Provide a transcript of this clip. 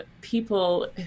people